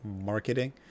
Marketing